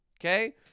Okay